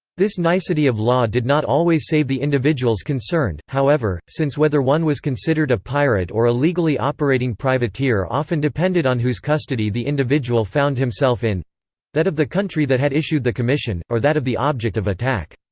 this nicety of law did not always save the individuals concerned, however, since whether one was considered a pirate or a legally operating privateer often depended on whose custody the individual found himself in that of the country that had issued the commission, or that of the object of attack.